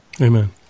Amen